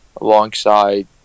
alongside